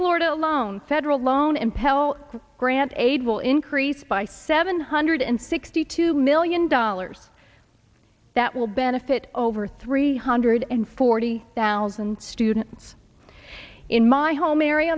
florida alone federal loan and pell grant aid will increase by seven hundred sixty two million dollars that will benefit over three hundred and forty thousand students in my home area